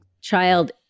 child